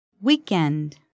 Weekend